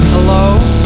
Hello